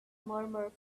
murmur